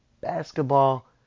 basketball